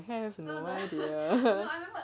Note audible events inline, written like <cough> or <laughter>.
have no idea <laughs>